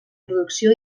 producció